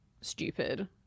stupid